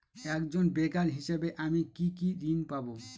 একজন বেকার হিসেবে আমি কি কি ঋণ পাব?